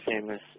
famous